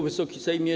Wysoki Sejmie!